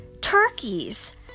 turkeys